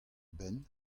benn